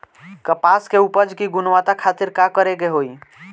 कपास के उपज की गुणवत्ता खातिर का करेके होई?